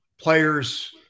players